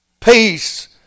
Peace